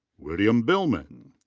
william bihlman.